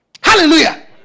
Hallelujah